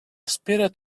espera